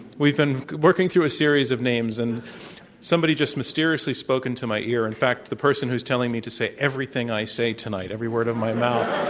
we've been working through a series of names, and somebody just mysteriously spoke into my ear, in fact the person who's telling me to say everything i say tonight, every word in my mouth.